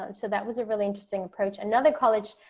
um so that was a really interesting approach. another college,